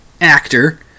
actor